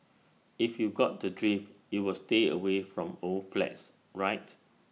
if you got the drift you will stay away from old flats right